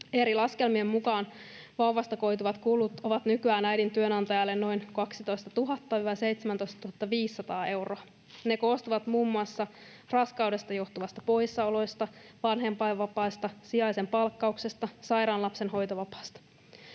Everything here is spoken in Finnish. Eri laskelmien mukaan vauvasta koituvat kulut ovat nykyään äidin työnantajalle noin 12 000—17 500 euroa. Ne koostuvat muun muassa raskaudesta johtuvista poissaoloista, vanhempainvapaista, sijaisen palkkauksesta ja sairaan lapsen hoitovapaasta.